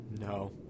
No